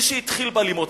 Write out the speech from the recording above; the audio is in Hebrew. מי שהתחיל באלימות,